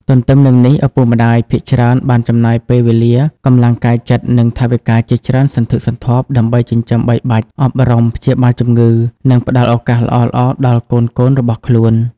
ទទ្ទឹមនឹងនេះ ឪពុកម្ដាយភាគច្រើនបានចំណាយពេលវេលា កម្លាំងកាយចិត្ត និងថវិកាជាច្រើនសន្ធឹកសន្ធាប់ ដើម្បីចិញ្ចឹមបីបាច់ អប់រំ ព្យាបាលជំងឺ និងផ្ដល់ឱកាសល្អៗដល់កូនៗរបស់ខ្លួន។